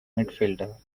midfielder